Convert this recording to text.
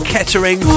Kettering